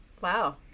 Wow